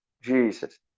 Jesus